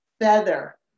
feather